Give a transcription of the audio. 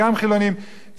שהאנשים ירגישו.